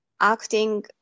acting